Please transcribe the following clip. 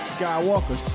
Skywalker